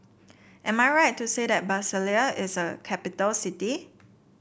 am I right to say that Brasilia is a capital city